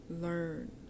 learn